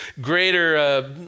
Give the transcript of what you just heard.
greater